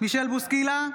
מישל בוסקילה,